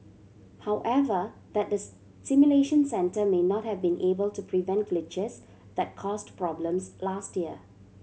however that the simulation centre may not have been able to prevent glitches that caused problems last year